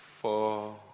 four